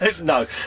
no